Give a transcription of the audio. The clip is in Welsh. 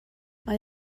mae